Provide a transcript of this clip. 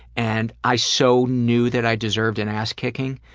and i so knew that i deserved an ass kicking,